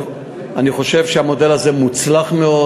אני חושב שהמודל הזה מוצלח מאוד.